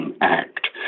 Act